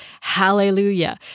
Hallelujah